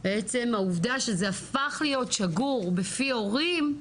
עצם העובדה שזה הפך להיות שגור בפי הורים,